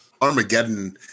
Armageddon